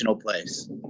place